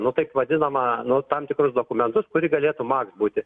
nu taip vadinamąnu tam tikrus dokumentus kuri galėtų maks būti